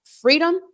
freedom